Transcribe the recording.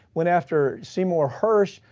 went after seymour hersh.